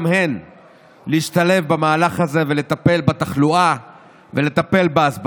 הן להשתלב במהלך הזה ולטפל בתחלואה ובהסברה.